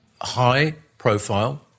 high-profile